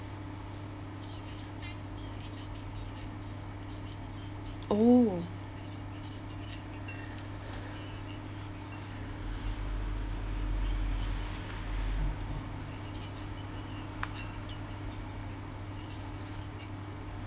oh